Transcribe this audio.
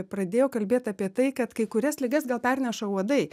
pradėjo kalbėt apie tai kad kai kurias ligas gal perneša uodai